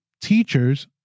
teachers